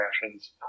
fashions